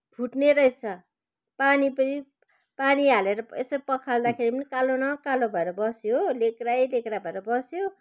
फुट्ने रहेछ पानी पनि पानी हालेर यसो पखाल्दाखेरि पनि कालो न कालो भएर बस्यो हो लेघ्रै लेघ्रा भएर बस्यो